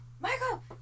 Michael